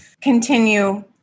continue